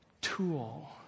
tool